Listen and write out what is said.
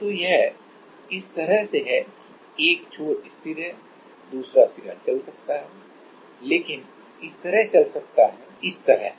तो यह इस तरह है कि एक छोर स्थिर है और दूसरा सिरा चल सकता है लेकिन इस तरह चल सकता है लेकिन इस तरह से